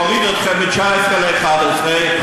הוריד אתכם מ-19 ל-11.